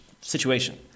situation